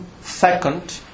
second